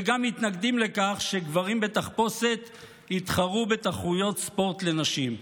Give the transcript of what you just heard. וגם מתנגדים לכך שגברים בתחפושת יתחרו בתחרויות ספורט לנשים.